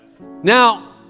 Now